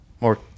more